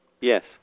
yes